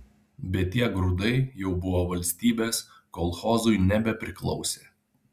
bet tie grūdai jau buvo valstybės kolchozui nebepriklausė